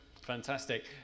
Fantastic